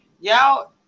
Y'all